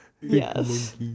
yes